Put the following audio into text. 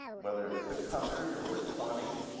whether it's six hundred, or twenty,